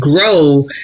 grow